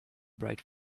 bright